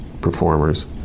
performers